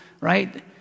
right